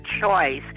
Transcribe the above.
choice